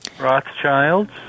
Rothschilds